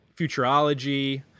futurology